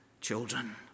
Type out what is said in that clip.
children